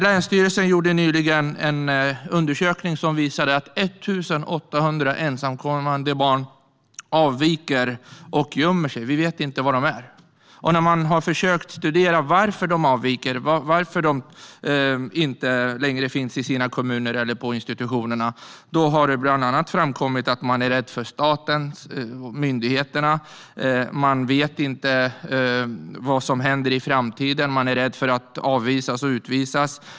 Länsstyrelsen genomförde nyligen en undersökning som visade att 1 800 ensamkommande barn har avvikit och gömt sig. Man vet inte var de finns. När man har försökt att studera varför barnen avviker, inte längre finns i kommunerna eller på institutionerna, har det bland annat framkommit att de är rädda för staten, för myndigheterna, och att de inte vet vad som kommer att hända i framtiden; de är rädda för att avvisas och utvisas.